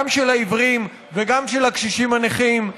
גם של העיוורים וגם של הקשישים הנכים,